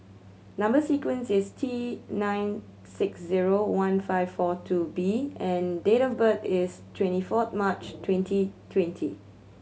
number sequence is T nine six zero one five four two B and date of birth is twenty four March twenty twenty